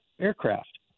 aircraft